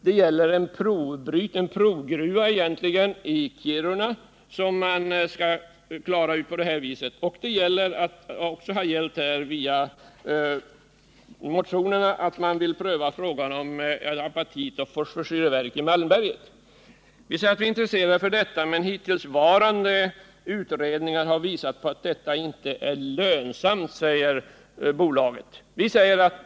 Här talas vidare om en provgruva i Kiruna och om ett apatitoch fosforsyreverk i Malmberget, som föreslagits i motioner. Vi är intresserade av detta, men hittillsvarande utredningar har visat att ett sådant verk inte är lönsamt, säger bolaget.